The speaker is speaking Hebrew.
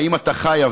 האם אתה חי?